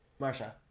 Marsha